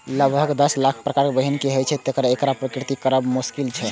लगभग दस लाख प्रकारक बीहनि होइ छै, तें एकरा वर्गीकृत करब मोश्किल छै